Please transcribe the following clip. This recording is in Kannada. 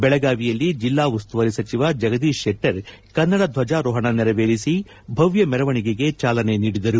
ಬೆಳಗಾವಿಯಲ್ಲಿ ಜಿಲ್ಲಾ ಉಸ್ತುವಾರಿ ಸಚಿವ ಜಗದೀಶ ಶೆಟ್ಟರ್ ಕನ್ನಡ ಧ್ವಜಾರೋಹಣ ನೆರವೇರಿಸಿ ಭವ್ಯ ಮೆರವಣಿಗೆಗೆ ಚಾಲನೆ ನೀಡಿದರು